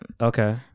okay